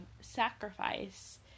sacrifice